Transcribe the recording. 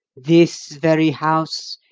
this very house,